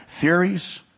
theories